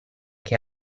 che